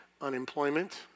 unemployment